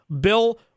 Bill